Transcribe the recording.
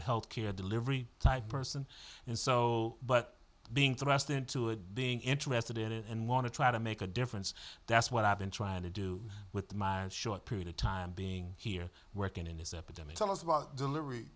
a health care delivery type person and so but being thrust into it being interested in it and want to try to make a difference that's what i've been trying to do with my short period of time being here working in this epidemic tell us about delivery